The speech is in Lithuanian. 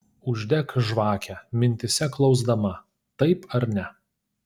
uždek žvakę mintyse klausdama taip ar ne